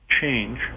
change